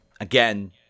Again